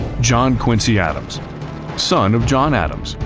john quincy adams son of john adams,